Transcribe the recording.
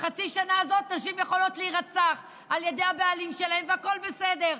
בחצי שנה הזאת נשים יכולות להירצח על ידי הבעלים שלהן והכול בסדר.